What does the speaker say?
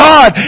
God